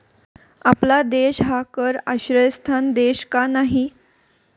आपला देश हा कर आश्रयस्थान देश का नाही?